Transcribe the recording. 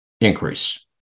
increase